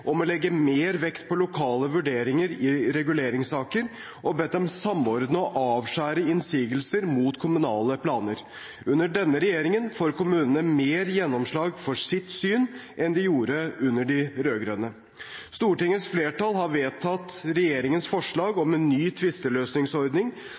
om å legge mer vekt på lokale vurderinger i reguleringssaker og bedt dem samordne og avskjære innsigelser mot kommunale planer. Under denne regjeringen får kommunene mer gjennomslag for sitt syn enn de gjorde under de rød-grønne. Stortingets flertall har vedtatt regjeringens forslag